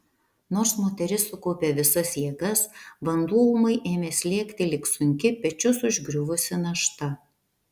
nors moteris sukaupė visas jėgas vanduo ūmai ėmė slėgti lyg sunki pečius užgriuvusi našta